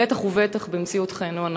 בטח ובטח במציאות חיינו אנחנו.